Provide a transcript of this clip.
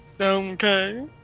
Okay